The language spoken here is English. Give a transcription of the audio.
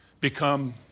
become